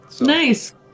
Nice